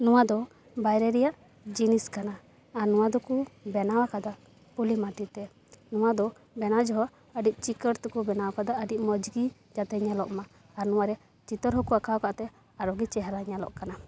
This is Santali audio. ᱱᱚᱣᱟ ᱫᱚ ᱵᱟᱭᱨᱮ ᱨᱮᱭᱟᱜ ᱡᱤᱱᱤᱥ ᱠᱟᱱᱟ ᱟᱨ ᱱᱚᱣᱟ ᱫᱚᱠᱚ ᱵᱮᱱᱟᱣ ᱟᱠᱟᱫᱟ ᱯᱩᱞᱤ ᱢᱟᱹᱴᱤ ᱛᱮ ᱱᱚᱣᱟ ᱫᱚ ᱵᱮᱱᱟᱣ ᱡᱚᱦᱚᱜ ᱟᱹᱰᱤ ᱪᱤᱠᱟᱹᱲ ᱛᱮᱠᱚ ᱵᱮᱱᱟᱣ ᱟᱠᱟᱫᱟ ᱟᱹᱰᱤ ᱢᱚᱡᱽ ᱜᱮ ᱡᱟᱛᱮ ᱧᱮᱞᱚᱜᱼᱢᱟ ᱟᱨ ᱱᱚᱣᱟ ᱨᱮ ᱪᱤᱛᱟᱹᱨ ᱦᱚᱠᱚ ᱟᱸᱠᱟᱣ ᱟᱠᱟᱫ ᱛᱮ ᱟᱨᱚ ᱜᱮ ᱪᱮᱦᱮᱨᱟ ᱧᱮᱞᱚᱜ ᱠᱟᱱᱟ